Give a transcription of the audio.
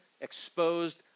exposed